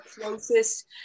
closest